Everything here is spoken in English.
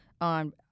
on